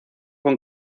con